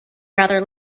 rather